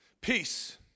peace